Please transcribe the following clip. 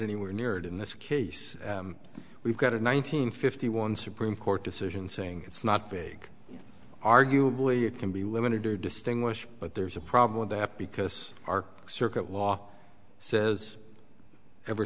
anywhere near it in this case we've got a nine hundred fifty one supreme court decision saying it's not vague arguably it can be limited to distinguish but there's a problem that because our circuit law says ever